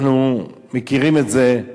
אנחנו מכירים את זה.